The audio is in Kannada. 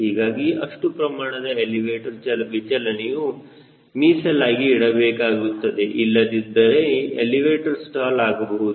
ಹೀಗಾಗಿ ಅಷ್ಟು ಪ್ರಮಾಣದ ಎಲಿವೇಟರ್ ಚಲನೆಯು ಮೀಸಲಾಗಿ ಇಡಬೇಕಾಗುತ್ತದೆ ಇಲ್ಲದಿದ್ದಲ್ಲಿ ಎಲಿವೇಟರ್ ಸ್ಟಾಲ್ ಆಗಬಹುದು